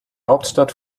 hauptstadt